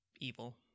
evil